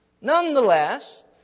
Nonetheless